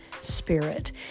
spirit